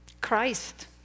Christ